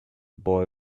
boy